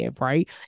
right